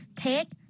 take